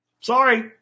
Sorry